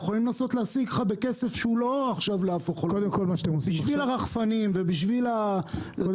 יכולים לנסות להשיג לך בכסף בשביל הרחפנים ובשביל הפתרונות?